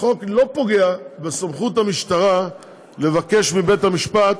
החוק לא פוגע בסמכות המשטרה לבקש מבית-המשפט